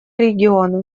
региона